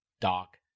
Doc